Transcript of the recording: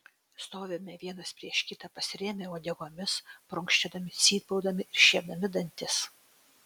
stovime vienas prieš kitą pasirėmę uodegomis prunkščiodami cypaudami ir šiepdami dantis